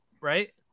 right